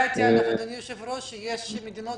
אדוני היושב-ראש, שיש מדינות